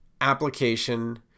application